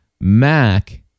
Mac